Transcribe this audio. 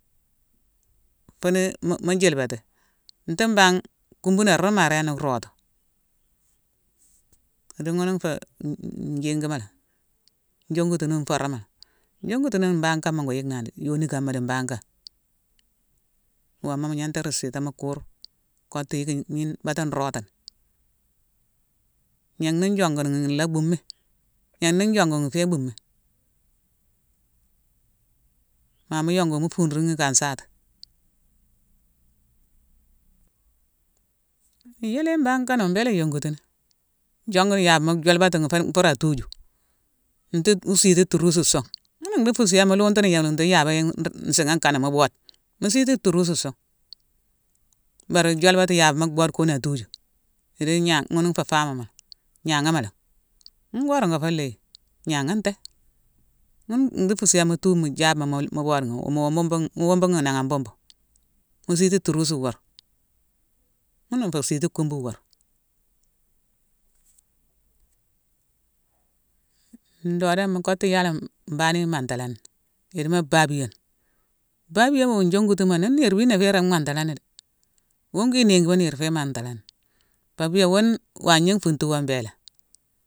Fune mu- mu- jilbati. Nti bangh kumbunar rune ma léin ni rootu. Idi ghune nfé n- n-jigimalé, njongutunune nforamalé? Njongutune mbagh kama ngo yicknani; yoni kama di mbagh kama. Woma mu gnanta rispita mu kurma, kottu yicki gnide-bata nrootighi. Gnangh ni njongughini, nlha bumi; gnangh ni njongughini nfé bumi. Ma mu yongughini, mu funruughini ka nsata. Yéléne mbangh kanow, mbéla iyongutini. Jonguni yabma jolbatighi- fa- fa fur atuju. Nthè mu siiti turusu sung. Ghuna ndhi fusiyé mu luntuni yonuntè yabé yan- nru-nsigha kanan mu boode. Mu siiti turusu sung. Bari jolbatighi yabma, boode guuna atuju; idi-gna- ghune fé fama malé; gnaghama langhi. Ghune gora ngo fé léyi. Gnagha ntè. Ghune dhi fusiyé mu tuu mu jabma-mu-lé-muboodeghi wo-mu-mu-wobooghi nangha an beubu, mu siti turus nweur. Ghuna nfé siti kumbune nweur. Ndoodame, mu kottu yala- m- mbangh ni imantalani? Ndimo baabiyone. Baabiyon wu njongutima nune niir biina fé ringhi ùantalani dé. Wune wi néingima niir fé mantalani. Pabia wune wagna nfuntuwo mbélé